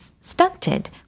stunted